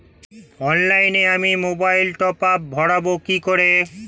অফলাইনে আমি মোবাইলে টপআপ ভরাবো কি করে?